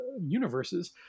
universes